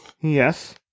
Yes